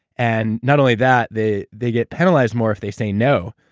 and not only that, they they get penalized more if they say no,